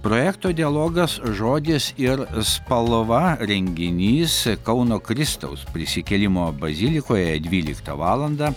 projekto dialogas žodis ir spalva renginys kauno kristaus prisikėlimo bazilikoje dvyliktą valandą